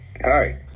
Hi